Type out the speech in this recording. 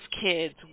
kids